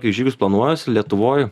kai žygius planuojuosi lietuvoj